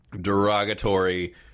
derogatory